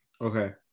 Okay